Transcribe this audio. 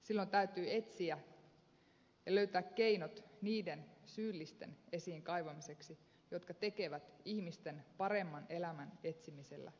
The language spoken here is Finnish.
silloin täytyy etsiä ja löytää keinot niiden syyllisten esiin kaivamiseksi jotka tekevät ihmisten paremman elämän etsimisellä bisnestä